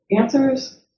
answers